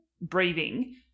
breathing